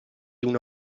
una